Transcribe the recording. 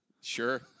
Sure